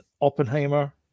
Oppenheimer